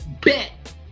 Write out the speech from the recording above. Bet